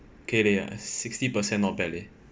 okay leh sixty percent not bad leh